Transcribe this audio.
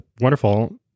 wonderful